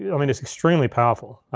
i mean, it's extremely powerful.